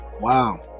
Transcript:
Wow